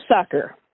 sucker